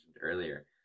earlier